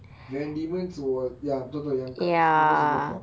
van diemen's was ya betul-betul yang kat situ sebuah farm